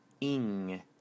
ing